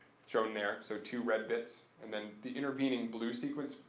shown there, so two red bits. and then the intervening blue sequence,